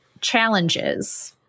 challenges